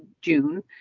June